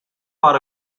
bar